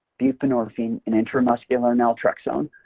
buprenorphine, and intramuscular naltrexone,